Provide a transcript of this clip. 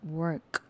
work